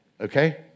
okay